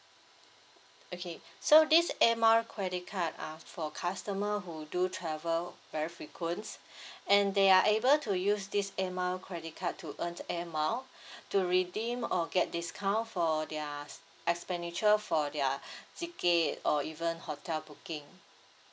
okay so this airmiles credit card are for customer who do travel very frequents and they are able to use this airmiles credit card to earn airmile to redeem or get discount for their expenditure for their ticket or even hotel booking